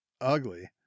ugly